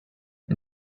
and